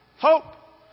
Hope